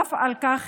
נוסף על כך,